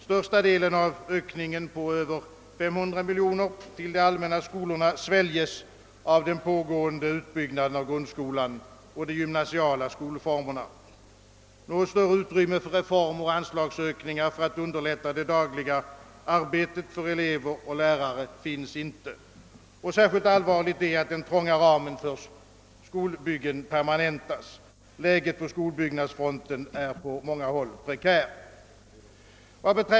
Största delen av ökningen på över 500 miljoner kronor till de allmänna skolorna sväljs av den pågående utbyggnaden av grundskolan och de gymnasiala skolformerna. Något större utrymme för reformer och anslagsökningar för att underlätta det dagliga arbetet för elever och lärare finns inte. Särskilt allvarligt är att den trånga ramen för skolbyggen permanentas. Läget på skolbyggnadsfronten är på många håll prekärt.